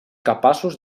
capaços